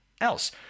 else